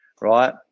Right